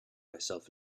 myself